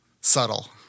Subtle